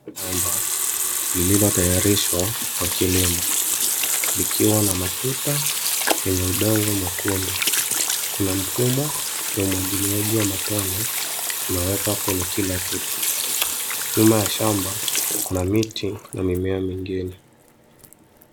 Shamba lililotayarishwa kwa kilimo likiwa na matuta yenye udongo mwekundu. Kuna mfumo ya umwagiliaji wa matone umewekwa kwenye kila tuta. Nyuma ya shamba kuna miti na mimea mingine.